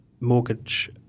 mortgage